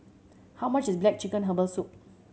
how much is black chicken herbal soup